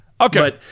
Okay